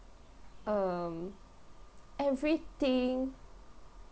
um everything